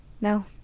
No